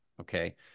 okay